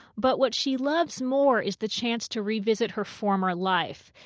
but what she loves more is the chance to revisit her former life.